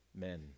men